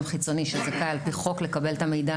חיצוני שזכאי על פי חוק לקבל את המידע,